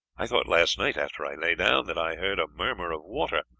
i thought last night after i lay down that i heard a murmur of water,